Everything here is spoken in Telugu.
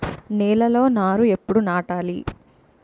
నేలలో నారు ఎప్పుడు నాటాలి?